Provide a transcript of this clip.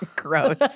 Gross